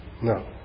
No